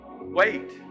Wait